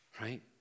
right